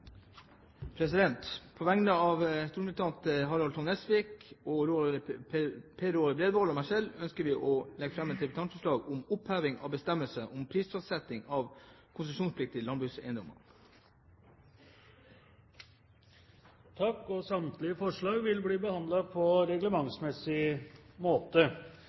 På vegne av stortingsrepresentantene Harald T. Nesvik, Per Roar Bredvold og meg selv ønsker jeg å legge fram et representantforslag om oppheving av bestemmelser om prisfastsetting av konsesjonspliktige landbrukseiendommer. Samtlige forslag vil bli behandlet på reglementsmessig måte.